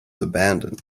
abandoned